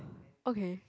okay